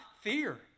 fear